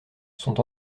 sont